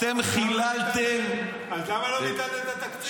אתם חיללתם --- אז למה לא ביטלתם את התקציב?